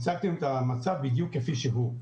הצגתם את המצב בדיוק כפי שהוא.